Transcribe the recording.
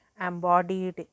embodied